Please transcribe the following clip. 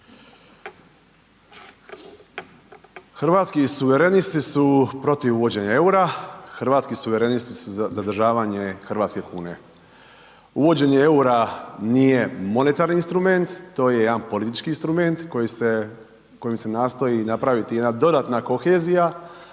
Hrvatski suverenisti su protiv uvođenja eura, hrvatski suverenisti su za zadržavanje hrvatske kune. Uvođenje eura nije monetarni instrument, to je jedan politički instrument kojim se nastoji napraviti jedna dodatna kohezija